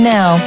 Now